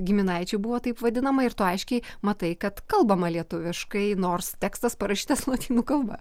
giminaičių buvo taip vadinama ir tu aiškiai matai kad kalbama lietuviškai nors tekstas parašytas lotynų kalba